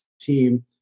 team